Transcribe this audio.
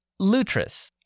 Lutris